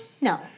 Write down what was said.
No